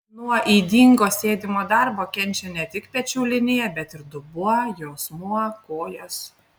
nuo ydingo sėdimo darbo kenčia ne tik pečių linija bet ir dubuo juosmuo kojos